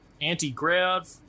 anti-grav